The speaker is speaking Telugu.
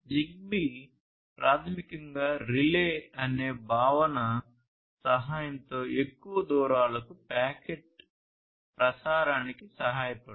జిగ్బీ ప్రాథమికంగా రిలే అనే భావన సహాయంతో ఎక్కువ దూరాలకు ప్యాకెట్ ప్రసారానికి సహాయపడుతుంది